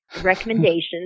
recommendations